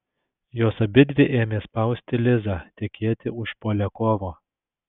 jos abidvi ėmė spausti lizą tekėti už poliakovo